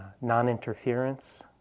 non-interference